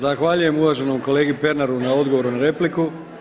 Zahvaljujem uvaženom kolegi Pernaru na odgovoru na repliku.